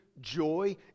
joy